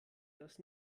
das